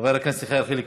חבר הכנסת יחיאל חיליק